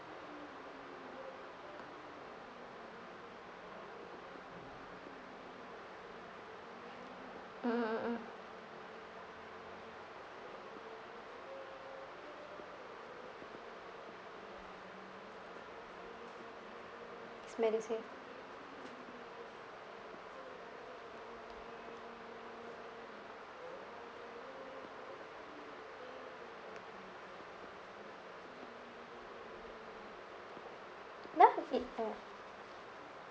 mm mm mm it's MediSave no it mm